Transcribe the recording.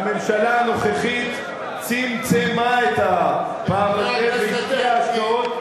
והממשלה הנוכחית צמצמה את הפער הזה והשקיעה השקעות,